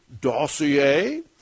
dossier